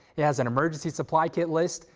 it has an emergency supply kit list,